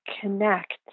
connect